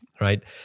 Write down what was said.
right